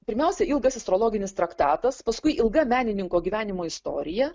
pirmiausia ilgas astrologinis traktatas paskui ilga menininko gyvenimo istorija